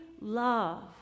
love